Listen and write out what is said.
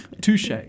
Touche